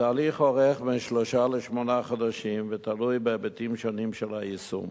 התהליך אורך בין שלושה לשמונה חודשים ותלוי בהיבטים שונים של היישום.